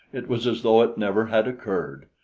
it was as though it never had occurred.